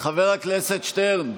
חבר הכנסת שטרן,